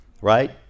right